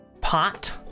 pot